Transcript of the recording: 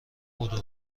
بدو